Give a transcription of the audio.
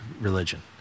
religion